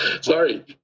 Sorry